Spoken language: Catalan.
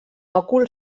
òcul